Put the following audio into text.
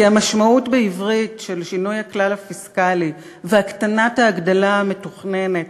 כי המשמעות בעברית של שינוי הכלל הפיסקלי והקטנת ההגדלה המתוכננת,